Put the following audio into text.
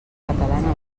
catalana